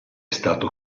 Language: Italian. stato